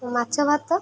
ମାଛ ଭାତ